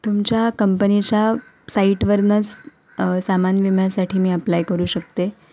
तुमच्या कंपनीच्या साईटवरूनच सामान विम्यासाठी मी अप्लाय करू शकते